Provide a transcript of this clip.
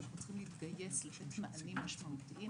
ואנחנו צריכים להתגייס לתת מענים משמעותיים